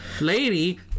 lady